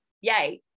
yay